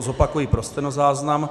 Zopakuji pro stenozáznam.